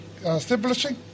establishing